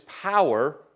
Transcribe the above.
power